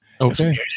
Okay